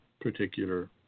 particular